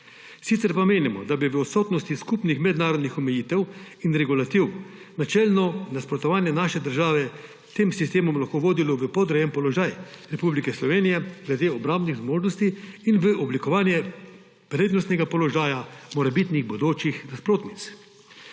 Sicer pa menimo, da bi v odsotnosti skupnih mednarodnih omejitev in regulativ načelno nasprotovanje naše države tem sistemom lahko vodilo v podrejen položaj Republike Slovenije glede obrambnih zmožnosti in v oblikovanje prednostnega položaja morebitnih bodočih nasprotnic.